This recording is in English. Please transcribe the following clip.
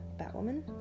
Batwoman